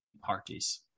parties